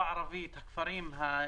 זה נושא מאוד חשוב.